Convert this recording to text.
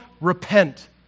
repent